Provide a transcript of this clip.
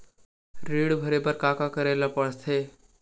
ऋण भरे बर का का करे ला परथे?